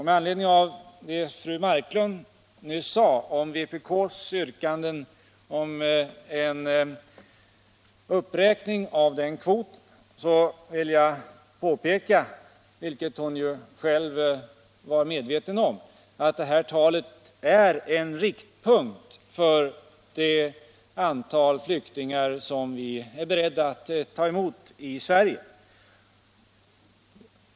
Med anledning av vad fru Marklund nyss sade om vpk:s yrkande på en uppräkning av den kvoten vill jag påpeka — fru Marklund var ju själv medveten om detta — att det nämnda talet är en riktpunkt för det antal flyktingar som vi är beredda att ta emot i Sverige.